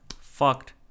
fucked